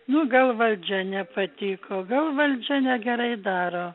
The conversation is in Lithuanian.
nu gal valdžia nepatiko gal valdžia negerai daro